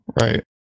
Right